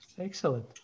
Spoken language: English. Excellent